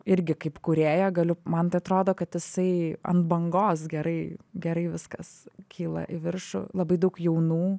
irgi kaip kūrėja galiu man tai atrodo kad jisai ant bangos gerai gerai viskas kyla į viršų labai daug jaunų